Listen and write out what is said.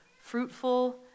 fruitful